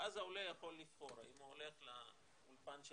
העולה יכול לבחור האם הוא הולך לאולפן של